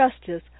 justice